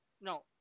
no